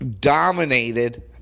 dominated